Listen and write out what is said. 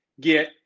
get